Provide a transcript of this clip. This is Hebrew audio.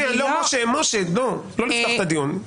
משה, לא לפתוח את הדיון.